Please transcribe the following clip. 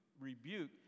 Rebuke